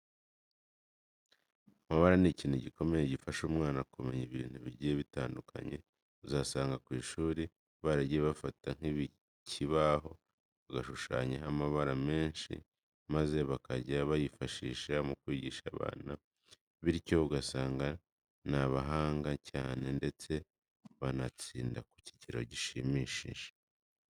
Amabara ni ikintu gikomeye gifasha umwana kumenya ibintu bigiye bitandukanye. Uzasanga ku ishuri baragiye bafata nk'ikibaho bagashushanyaho amabara menshi maze bakajya bayifashisha mu kwigisha abana bityo ugasanga ni abahanga cyane ndetse banatsinda ku kigero gishimishije.